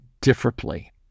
differently